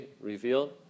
revealed